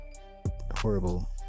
horrible